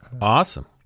Awesome